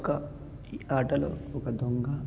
ఒక ఈ ఆటలో ఒక దొంగ